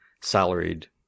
salaried